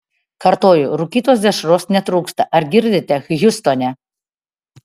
kartoju rūkytos dešros netrūksta ar girdite hjustone